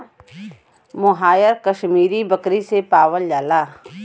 मोहायर कशमीरी बकरी से पावल जाला